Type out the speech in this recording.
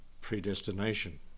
predestination